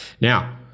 Now